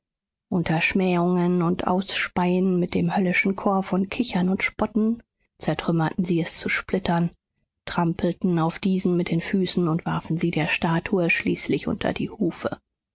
unter schmähungen und ausspeien mit dem höllischen chor von kichern und spotten zertrümmerten sie es zu splittern trampelten auf diesen mit den füßen und warfen sie der statue schließlich unter die hufe